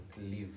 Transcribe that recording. live